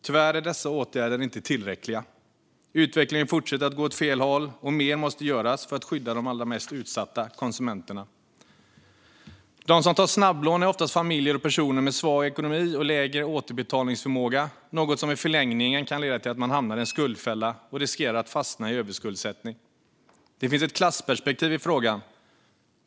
Tyvärr är dessa åtgärder inte tillräckliga. Utvecklingen fortsätter att gå åt fel håll, och mer måste göras för att skydda de allra mest utsatta konsumenterna. De som tar snabblån är oftast familjer och personer med svag ekonomi och lägre återbetalningsförmåga, vilket är något som i förlängningen kan leda till att de hamnar i en skuldfälla och riskerar att fastna i överskuldsättning. Det finns ett klassperspektiv i frågan.